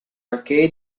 arcade